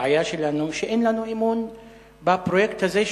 הבעיה שלנו היא שאין לנו אמון בפרויקט הזה,